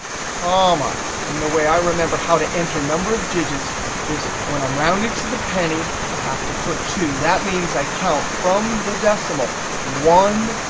comma and the way i remember how to enter number of digits is, when i'm rounding to the penny, i have to put two. that means i count from the decimal one,